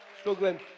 struggling